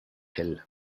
hell